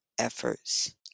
efforts